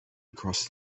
across